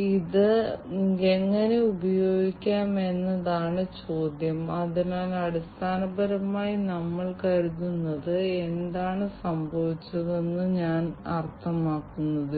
ഈ ഡാറ്റയെല്ലാം ശേഖരിക്കാൻ പോകുന്നു അത് റിസീവറിൽ നിന്ന് എടുക്കുകയും അവിടെ നിന്ന് നിയന്ത്രണ കേന്ദ്രത്തിലേക്ക് അയയ്ക്കുകയും ചെയ്യും